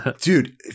Dude